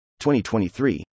2023